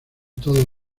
todos